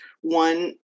one